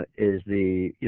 is the.